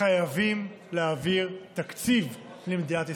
חייבים להעביר תקציב למדינת ישראל.